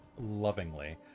lovingly